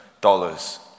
dollars